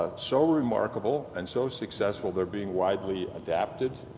ah so remarkable and so successful, they're being widely adapted,